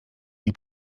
nie